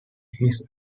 his